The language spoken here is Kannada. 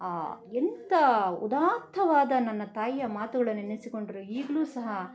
ಎಂಥ ಉದಾತ್ತವಾದ ನನ್ನ ತಾಯಿಯ ಮಾತುಗಳನ್ನು ನೆನೆಸಿಕೊಂಡ್ರೆ ಈಗಲೂ ಸಹ